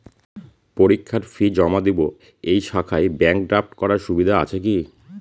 পরীক্ষার ফি জমা দিব এই শাখায় ব্যাংক ড্রাফট করার সুবিধা আছে কি?